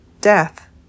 death